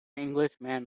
englishman